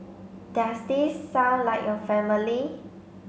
does this sound like your family